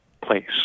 place